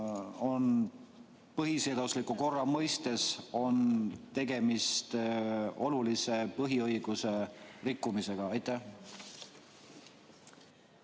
kuna põhiseadusliku korra mõistes on tegemist olulise põhiõiguse rikkumisega. Aitäh!